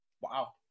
Wow